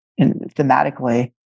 thematically